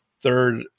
third